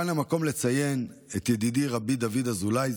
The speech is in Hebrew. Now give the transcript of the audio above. כאן המקום לציין את ידידי רבי דוד אזולאי,